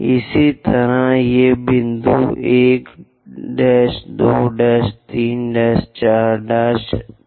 इसी तरह ये बिंदु 1 2 3 4 हैं